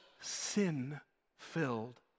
sin-filled